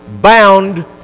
bound